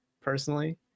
personally